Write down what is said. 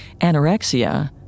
anorexia